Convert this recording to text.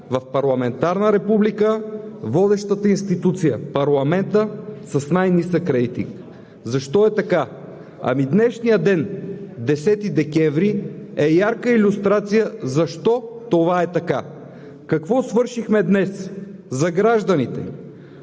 В парламентарна република водещата институция – парламентът, с най-нисък рейтинг! Защо е така? Днешният ден – 10 декември, е ясна илюстрация защо това е така. Какво свършихме днес за гражданите?